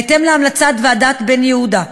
בהתאם להמלצת ועדת בן-יהודה,